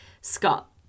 Scott